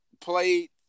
played